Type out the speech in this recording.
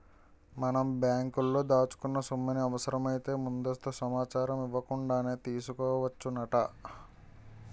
మనం బ్యాంకులో దాచుకున్న సొమ్ముని అవసరమైతే ముందస్తు సమాచారం ఇవ్వకుండానే తీసుకోవచ్చునట